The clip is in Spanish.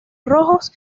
rojos